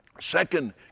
second